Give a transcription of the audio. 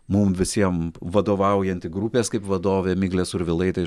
mum visiem vadovaujanti grupės kaip vadovė miglė survilaitė